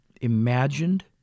imagined